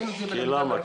למה?